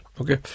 Okay